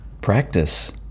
Practice